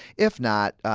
if not,